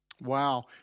Wow